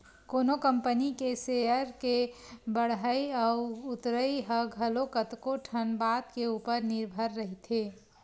कोनो कंपनी के सेयर के बड़हई अउ उतरई ह घलो कतको ठन बात के ऊपर निरभर रहिथे